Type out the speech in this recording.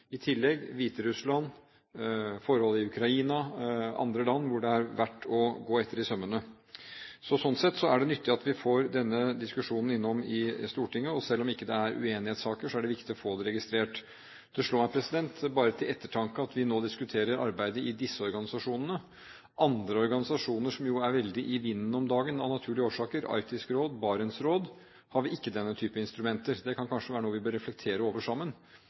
i tillegg til Hviterussland og forholdene i Ukraina og andre land det er verdt å gå etter i sømmene. Sånn sett er det nyttig at vi får denne diskusjonen i Stortinget. Selv om det ikke er uenighetssaker, er det viktig å få det registrert. Det slår meg, bare til ettertanke, at vi nå diskuterer arbeidet i disse organisasjonene. I andre organisasjoner, som jo er veldig i vinden om dagen av naturlige årsaker – Arktisk Råd, Barentsrådet – har vi ikke denne type instrumenter. Det kan kanskje være noe vi bør reflektere over sammen